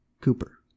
Cooper